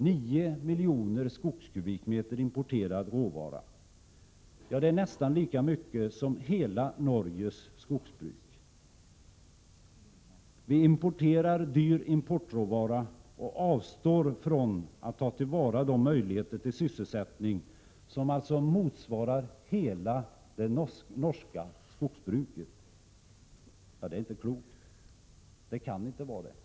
9 miljoner skogskubikmeter importerad råvara — det är nästan lika mycket som hela Norges skogsbruk. Vi använder dyr importråvara och avstår från att ta till vara möjligheter till sysselsättning som alltså motsvarar hela det norska skogsbruket. Det är inte klokt, det kan inte vara det! Prot.